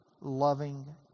loving